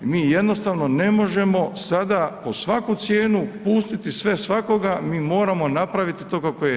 Mi jednostavno ne možemo sada po svaku cijenu pustiti sve svakoga, mi moramo napraviti to kako je.